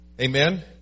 Amen